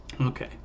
Okay